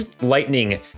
lightning